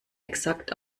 exakt